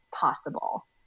possible